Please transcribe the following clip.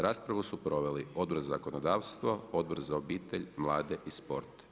Raspravu su proveli Odbor za zakonodavstvo, Odbor za obitelj, mlade i sport.